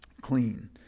clean